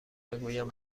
بگویم